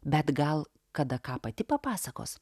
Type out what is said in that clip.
bet gal kada ką pati papasakos